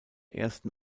ersten